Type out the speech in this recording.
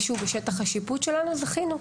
זה שהוא בשטח השיפוט שלנו, זכינו.